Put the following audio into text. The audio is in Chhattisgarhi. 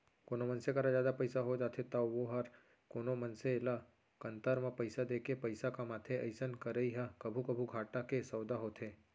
कोनो मनसे करा जादा पइसा हो जाथे तौ वोहर कोनो मनसे ल कन्तर म पइसा देके पइसा कमाथे अइसन करई ह कभू कभू घाटा के सौंदा होथे